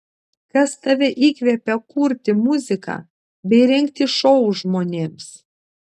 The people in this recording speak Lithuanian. kas tave įkvepia kurti muziką bei rengti šou žmonėms